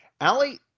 Allie